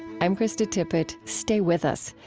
i'm krista tippett. stay with us.